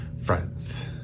friends